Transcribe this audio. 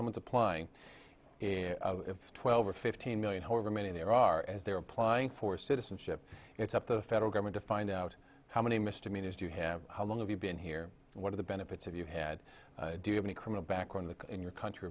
someone's applying in twelve or fifteen million however many there are as they're applying for citizenship it's up to the federal government to find out how many misdemeanors you have how long have you been here what are the benefits of you had do you have any criminal background the in your country